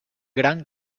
grand